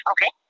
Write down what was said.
Okay